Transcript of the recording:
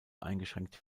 eingeschränkt